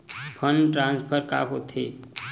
Fund transfer का होथे?